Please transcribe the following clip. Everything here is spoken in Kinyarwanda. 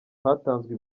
hatanzwe